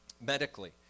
medically